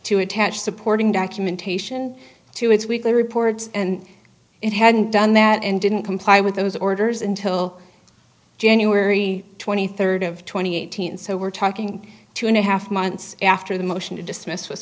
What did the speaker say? to attach supporting documentation to its weekly reports and it hadn't done that and didn't comply with those orders until january twenty third of twenty eight thousand so we're talking two and a half months after the motion to dismiss was